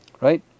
right